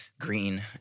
green